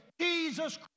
Jesus